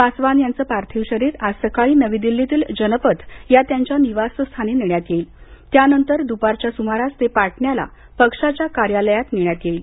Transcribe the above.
पासवान यांचं पार्थिव शरीर आज सकाळी नवी दिल्लीतील जनपथ या त्यांच्या निवासस्थानी नेण्यात येईल त्यानंतर द्पारच्या सुमारास ते पाटण्याला पक्षाच्या कार्यालयात नेण्यात येईल